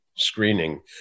screening